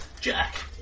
Jack